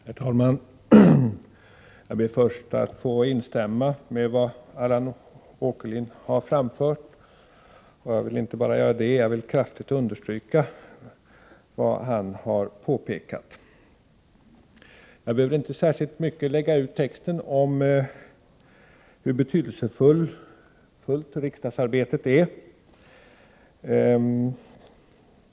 Herr talman! Jag ber att först få instämma i vad Allan Åkerlind anförde — ja, inte bara det, jag vill kraftigt understryka vad han påpekade. Jag behöver inte särskilt mycket lägga ut texten om hur betydelsefullt riksdagsarbetet är.